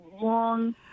long